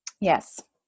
Yes